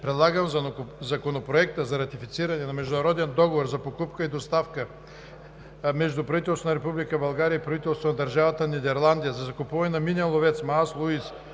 предлагам Законопроектът за ратифициране на Договор за попука и доставка между правителството на Република България и правителството на Държавата Нидерландия за закупуване на минен ловец „Мааслуис“,